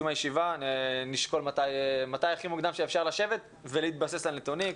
הישיבה נשקול מתי הכי מוקדם שאפשר לשבת ולהתבסס על נתונים,